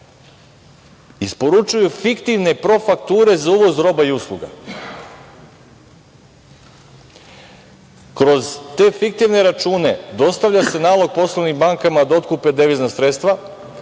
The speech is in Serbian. isporučuju fiktivne profakture za uvoz roba i usluga. Kroz te fiktivne račune dostavlja se nalog poslovnim bankama da otkupe devizna sredstva,